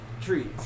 Trees